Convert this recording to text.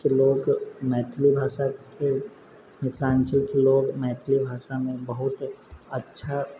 के लोक मैथिली भाषाके मिथिलाञ्चलके लोक मैथिली भाषामे बहुत अच्छा